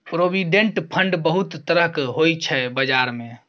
provident fund बहुत तरहक होइ छै बजार मे